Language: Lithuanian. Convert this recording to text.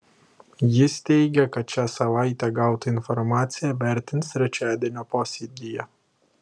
jis teigia kad šią savaitę gautą informaciją vertins trečiadienio posėdyje